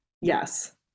yes